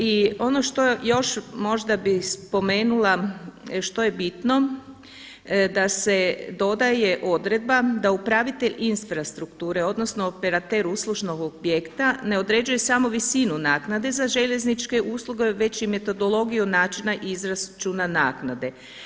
I ono što možda još bih spomenula što je bitno, da se dodaje odredba da upravlja infrastrukture, odnosno operater uslužnog objekta ne određuje samo visinu naknade za željezničke usluge već i metodologiju načina izračuna naknade.